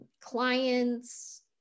Clients